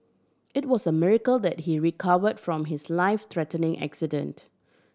it was a miracle that he recovered from his life threatening accident